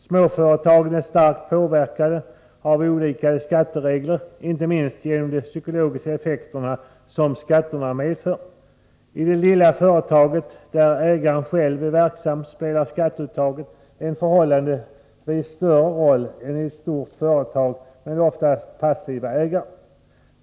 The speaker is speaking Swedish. Småföretagen är starkt påverkade av olika skatteregler, inte minst genom de psykologiska effekter som skatterna medför. I det lilla företaget, där ägaren själv är verksam, spelar skatteuttaget en förhållandevis större roll än i ett stort företag med oftast passiva ägare.